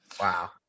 wow